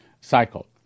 cycle